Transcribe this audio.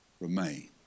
remain